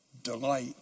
Delight